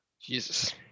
Jesus